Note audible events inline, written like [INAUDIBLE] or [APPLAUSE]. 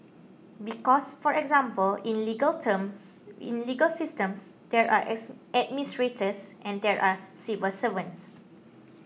because for example in legal terms in legal systems there are [UNINTELLIGIBLE] administrators and there are civil servants